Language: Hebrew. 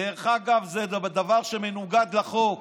דרך אגב, זה דבר שמנוגד לחוק,